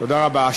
תודה רבה.